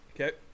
Okay